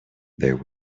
there